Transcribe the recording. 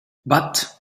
but